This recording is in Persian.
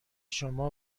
شما